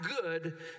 good